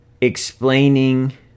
explaining